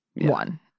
one